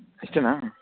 ಅಷ್ಟೇನಾ